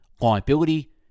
liability